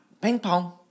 ping-pong